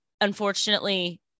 unfortunately